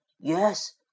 Yes